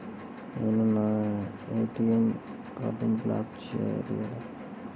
నేను నా ఏ.టీ.ఎం కార్డ్ను బ్లాక్ చేయాలి ఎలా?